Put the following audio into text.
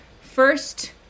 first